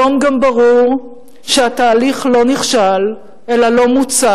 היום גם ברור שהתהליך לא נכשל, אלא לא מוצה,